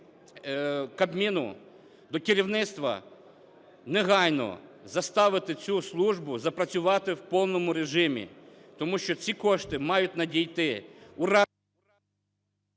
Кабміну, до керівництва, - негайно заставити цю службу запрацювати в повному режимі. Тому що ці кошти мають надійти…